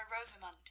Rosamund